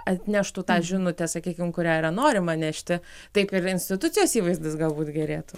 atneštų tą žinutę sakykim kurią yra norima nešti taip ir institucijos įvaizdis galbūt gerėtų